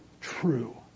true